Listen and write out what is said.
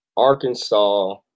Arkansas